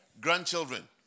grandchildren